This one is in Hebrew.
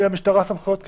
שאמרת,